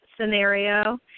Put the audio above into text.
scenario